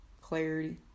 clarity